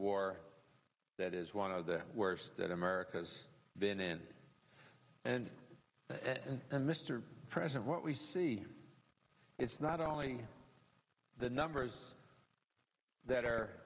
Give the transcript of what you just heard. war that is one of the worst that america's been in and mr president what we see it's not only the numbers that